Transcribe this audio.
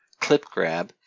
ClipGrab